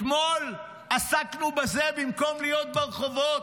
אתמול עסקנו בזה במקום להיות ברחובות.